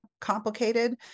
complicated